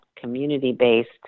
community-based